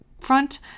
front